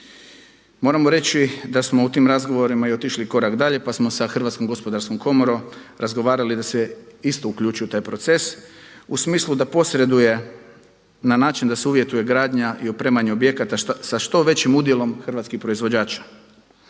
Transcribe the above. Moramo reći da smo u tim razgovorima i otišli korak dalje pa smo sa HGK-om razgovarali da se isto uključi u taj proces u smislu da posreduje na način da se uvjetuje gradnja i opremanje objekata sa što većim udjelom hrvatskih proizvođača,